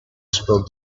spoke